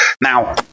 Now